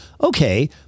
Okay